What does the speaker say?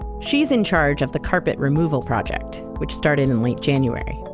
she's in charge of the carpet removal project, which started in late january